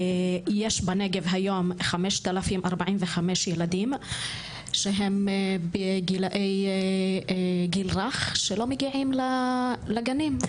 יש בנגב היום 5,045 ילדים שהם בגיל הרך שלא מגיעים לגנים.